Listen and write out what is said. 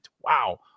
Wow